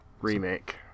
Remake